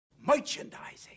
Merchandising